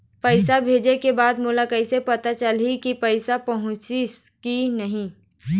पैसा भेजे के बाद मोला कैसे पता चलही की पैसा पहुंचिस कि नहीं?